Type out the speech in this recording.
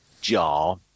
jar